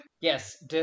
Yes